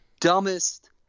dumbest